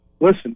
Listen